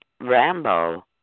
Rambo